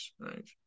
right